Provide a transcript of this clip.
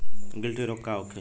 गिल्टी रोग का होखे?